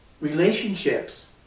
Relationships